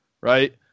right